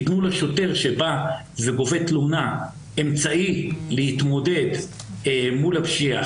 תיתנו לשוטר שבא וגובה תלונה אמצעי להתמודד מול הפשיעה,